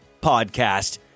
Podcast